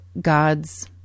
God's